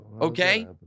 Okay